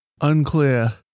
Unclear